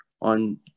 on